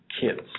kids